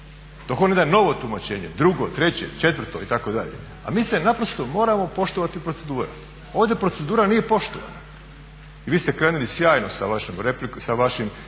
dok on ne da novo tumačenje, drugo, treće, četvrto itd. A mi naprosto moramo poštovati proceduru. Ovdje procedura nije poštovana. Vi ste krenuli sjajno sa vašim